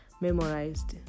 memorized